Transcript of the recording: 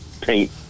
paint